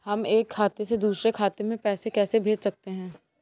हम एक खाते से दूसरे खाते में पैसे कैसे भेज सकते हैं?